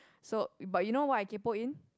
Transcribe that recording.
so but you know what I kaypo in